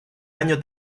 año